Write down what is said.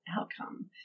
outcome